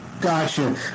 Gotcha